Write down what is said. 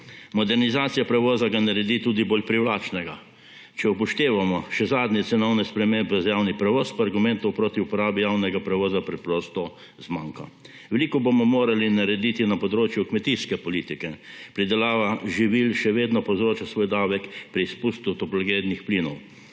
Modernizacija prevoza ga naredi tudi bolj privlačnega. Če upoštevamo še zadnje cenovne spremembe za javni prevoz, pa argumentov proti uporabi javnega prevoza preprosto zmanjka. Veliko bomo morali narediti na področju kmetijske politike. Pridelava živil še vedno povzroča svoj davek pri izpustu toplogrednih plinov.